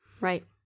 Right